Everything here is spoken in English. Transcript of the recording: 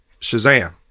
Shazam